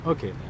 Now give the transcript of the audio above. Okay